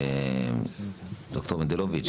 שאלה: ד"ר מנדלוביץ',